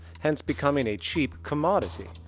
hence becoming a cheap commodity.